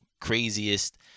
craziest